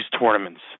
tournaments